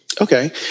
Okay